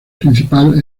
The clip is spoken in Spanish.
principal